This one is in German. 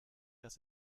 dass